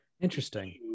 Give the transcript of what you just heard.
interesting